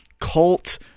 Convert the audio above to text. cult